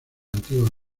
antigua